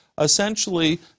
essentially